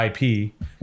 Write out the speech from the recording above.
IP